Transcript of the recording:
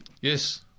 Yes